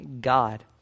God